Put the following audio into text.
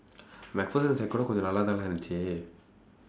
Macpherson sec கூட கொஞ்சம் நல்லா தான் இருந்துச்சு:konjsam nallaa thaan irundthuchsu